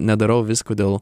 nedarau visko dėl